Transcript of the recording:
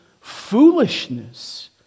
foolishness